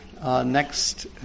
Next